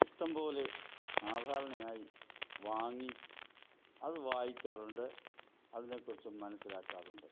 ഇഷ്ടം പോലെ സാധാരണയായി വാങ്ങി അതു വായിക്കാറുണ്ട് അതിനെക്കുറിച്ച് മനസ്സിലാക്കാറുണ്ട്